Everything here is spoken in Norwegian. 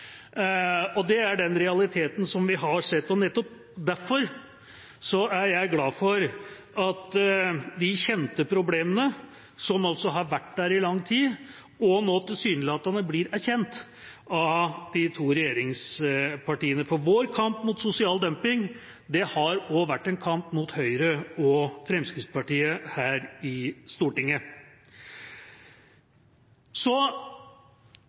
Det er den realiteten som vi har sett. Nettopp derfor er jeg glad for at de kjente problemene som altså har vært der i lang tid, nå tilsynelatende blir erkjent av de to regjeringspartiene. Vår kamp mot sosial dumping har også vært en kamp mot Høyre og Fremskrittspartiet her i Stortinget.